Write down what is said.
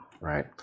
Right